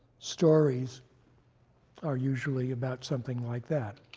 stories are usually about something like that.